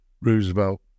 Roosevelt